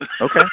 Okay